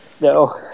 No